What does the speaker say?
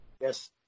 Yes